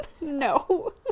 no